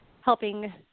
helping